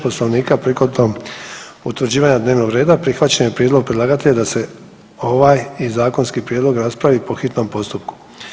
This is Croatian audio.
Poslovnika prigodom utvrđivanja dnevnog reda prihvaćen je prijedlog predlagatelja da se ovaj i zakonski prijedlog raspravi po hitnom postupku.